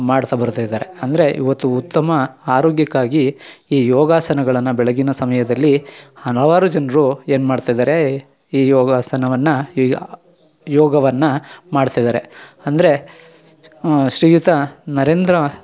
ಮಾಡ್ತಾ ಬರ್ತಾ ಇದಾರೆ ಅಂದರೆ ಇವತ್ತು ಉತ್ತಮ ಆರೋಗ್ಯಕ್ಕಾಗಿ ಈ ಯೋಗಾಸನಗಳನ್ನು ಬೆಳಗಿನ ಸಮಯದಲ್ಲಿ ಹಲವಾರು ಜನರು ಏನ್ಮಾಡ್ತಿದಾರೆ ಈ ಯೋಗಾಸನವನ್ನು ಈ ಯೋಗವನ್ನು ಮಾಡ್ತಿದಾರೆ ಅಂದರೆ ಶ್ರೀಯುತ ನರೇಂದ್ರ